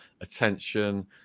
attention